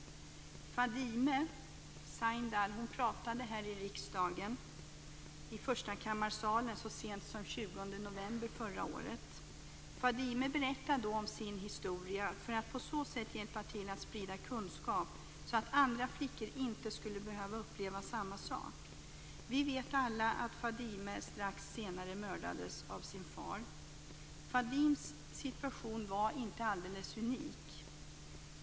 Fadime Sahindal pratade här i riksdagen, i förstakammarsalen, så sent som den 20 november förra året. Fadime berättade då sin historia för att på så sätt hjälpa till att sprida kunskap så att andra flickor inte skulle behöva uppleva samma sak. Vi vet alla att Fadimes situation var inte alldeles unik.